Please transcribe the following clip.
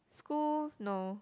school no